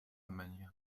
manière